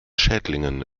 schädlingen